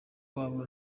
wabo